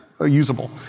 usable